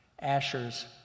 Asher's